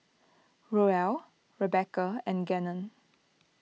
Roel Rebecca and Gannon